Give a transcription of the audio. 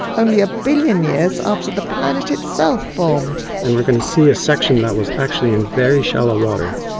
only a billion years after the planet itself formed. and we are going to see a section that was actually in very shallow water.